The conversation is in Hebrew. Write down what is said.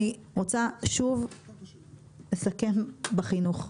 שוב, אני רוצה לסכם בחינוך.